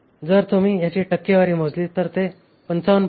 जर तुम्ही याची टक्केवारी मोजली तर हे 55